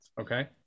Okay